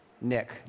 Nick